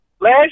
Last